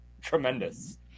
tremendous